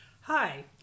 Hi